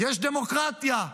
יש דמוקרטיה,